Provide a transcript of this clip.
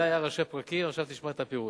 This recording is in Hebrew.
זה היה ראשי פרקים, ועכשיו תשמע את הפירוט.